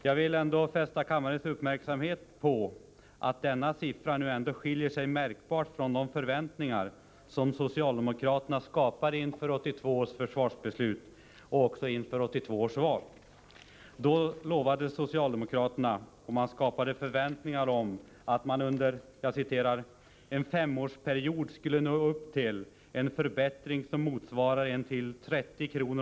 Jag vill emellertid fästa kammarens uppmärksamhet på att denna siffra ändå skiljer sig märkbart från de förväntningar som socialdemokraterna skapade inför 1982 års försvarsbeslut och också inför valet samma år. Då skapade socialdemokraterna förväntningar om att man ”under en femårsperiod skulle nå upp till en förbättring som motsvarar en till 30 kr.